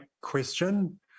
question